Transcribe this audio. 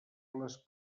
les